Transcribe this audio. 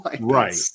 Right